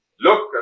look